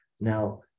Now